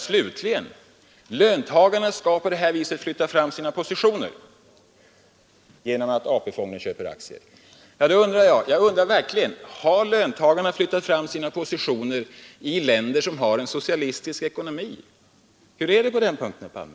Slutligen: Löntagarna skulle flytta fram sina positioner genom att AP-fonden köper aktier. Jag undrar verkligen om löntagarna har flyttat fram sina positioner i länder som har en socialistisk ekonomi. Hur är det på den punkten, herr Palme?